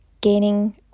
gaining